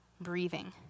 breathing